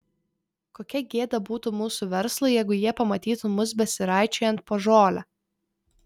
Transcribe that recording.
kokia gėda būtų mūsų verslui jeigu jie pamatytų mus besiraičiojant po žolę